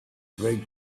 they